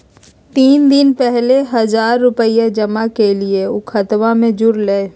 तीन दिन पहले हजार रूपा जमा कैलिये, ऊ खतबा में जुरले?